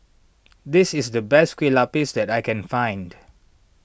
this is the best Kueh Lapis that I can find